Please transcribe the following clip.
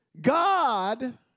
God